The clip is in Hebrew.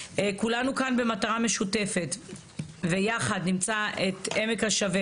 כולנו כאן במטרה משותפת ויחד נמצא את עמק השווה